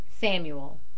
Samuel